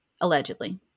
allegedly